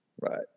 right